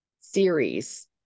series